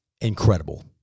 incredible